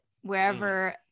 wherever